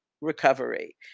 recovery